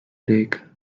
lake